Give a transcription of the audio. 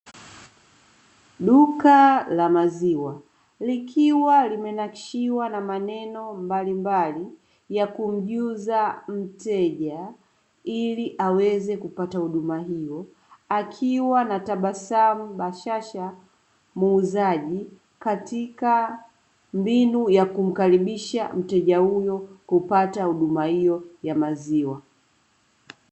Duka la maziwa likiwa limenakshiwa na maneno mbalimbali ya kumjuza mteja ili aweze kupata huduma hiyo akiwa na tabasamu bashasha, muuzaji katika mbinu ya kumkaribisha mteja huyo kupata huduma hiyo ya maziwa.